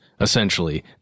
essentially